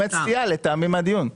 לטעמי זו סטייה מהדיון.